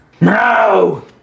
no